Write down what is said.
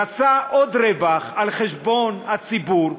רצה עוד רווח על חשבון הציבור,